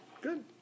good